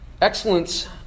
Excellence